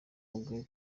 ubwe